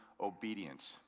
obedience